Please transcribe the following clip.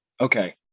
Okay